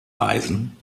reisen